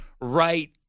right